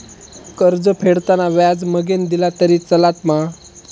कर्ज फेडताना व्याज मगेन दिला तरी चलात मा?